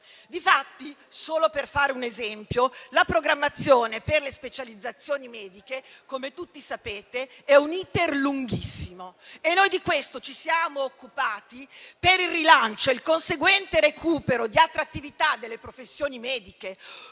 Difatti, solo per fare un esempio, la programmazione per le specializzazioni mediche, come tutti sapete, è un *iter* lunghissimo e noi di questo ci siamo occupati per il rilancio e il conseguente recupero di attrattività delle professioni mediche